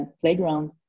playground